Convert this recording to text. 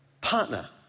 Partner